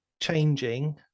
changing